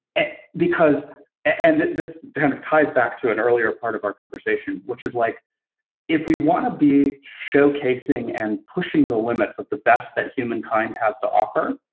and and this kind of ties back to an earlier part of our conversation, which is like if we want to be showcasing and pushing the limits of the best that humankind has to offer,